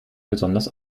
besonders